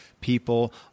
people